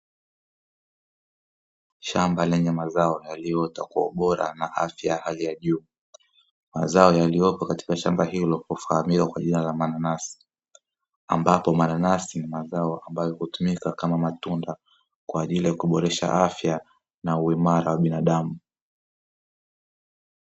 Shamba lenye mazao yaliyo ota kwa ubora na afya ya hali ya juu, mazao yaliyopo katika shamba hilo hufaamika kama mananasi, ambapo mananasi hutumika kama matunda kwa ajili ya kuboresha afya na uimara wa binadamu.